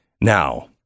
Now